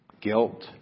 guilt